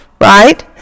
right